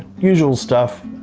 usual stuff,